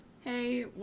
hey